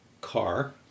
car